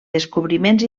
descobriments